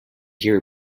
here